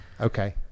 okay